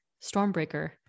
stormbreaker